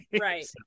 right